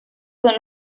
son